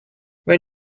when